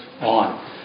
on